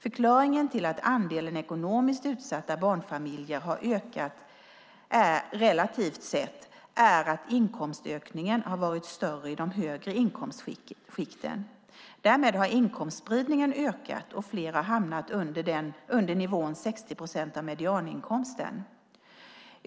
Förklaringen till att andelen ekonomiskt utsatta barnfamiljer har ökat relativt sett är att inkomstökningen har varit större i de högre inkomstskikten. Därmed har inkomstspridningen ökat och fler har hamnat under nivån 60 procent av medianinkomsten.